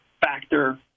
factor